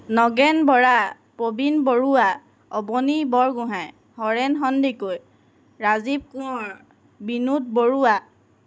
Nagen Bora Prabin Baruah Abani Borgohain Haren Sandikai Rajib Konwar Binod Barua